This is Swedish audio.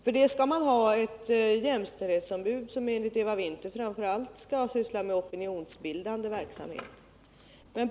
För detta skall man ha ett jämställdhetsombud som enligt Eva Winther framför allt skall syssla med opinionsbildande verksamhet.